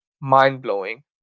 mind-blowing